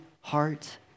heart